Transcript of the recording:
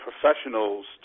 professionals